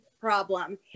problem